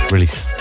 release